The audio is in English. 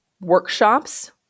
workshops